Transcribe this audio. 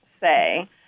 say